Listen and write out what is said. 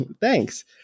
Thanks